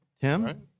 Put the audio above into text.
tim